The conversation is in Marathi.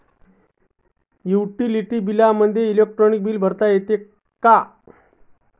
युटिलिटी बिलामध्ये इलेक्ट्रॉनिक बिल भरता येते का?